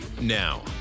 Now